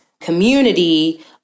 community